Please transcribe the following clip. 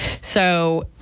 So-